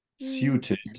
suited